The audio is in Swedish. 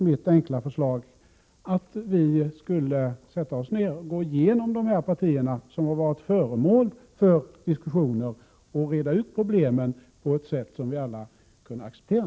Mitt enkla förslag är därför att vi skulle sätta oss ned och gå igenom de partier som har varit föremål för diskussioner, så att problemen blir utredda på ett sätt som vi alla kunde acceptera.